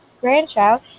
grandchild